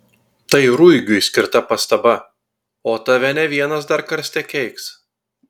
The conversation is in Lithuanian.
tai ruigiui skirta pastaba o tave ne vienas dar karste keiks